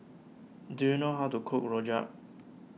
do you know how to cook Rojak